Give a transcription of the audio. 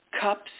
Cups